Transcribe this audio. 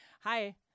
Hi